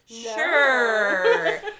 sure